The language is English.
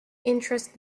interest